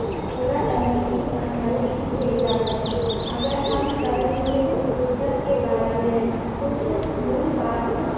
पूरा करने की अनुमति देता है अगर हम कर्म योग पुस्तक के बारे में कुछ मूल पाठ